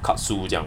katsu 这样